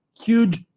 huge